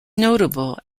notable